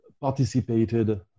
participated